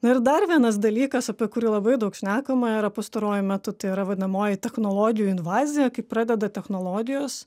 ir dar vienas dalykas apie kurį labai daug šnekama yra pastaruoju metu tai yra vadinamoji technologijų invazija kai pradeda technologijos